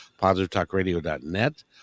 positivetalkradio.net